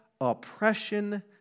oppression